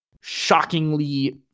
shockingly